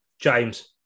James